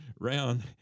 Round